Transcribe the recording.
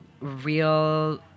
real